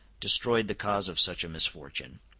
destroyed the cause of such a misfortune.